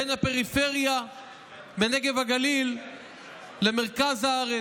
בין הפריפריה בנגב ובגליל למרכז הארץ.